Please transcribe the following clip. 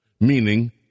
meaning